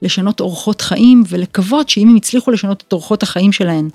לשנות אורחות חיים ולקוות שאם הם יצליחו לשנות את אורחות החיים שלהם.